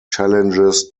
challenges